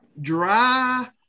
dry